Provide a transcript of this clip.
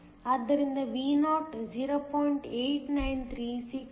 ಆದ್ದರಿಂದ Vo 0